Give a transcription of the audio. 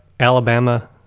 alabama